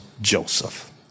Joseph